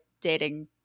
dating